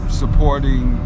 supporting